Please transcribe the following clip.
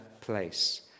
place